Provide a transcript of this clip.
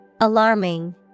Alarming